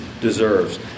deserves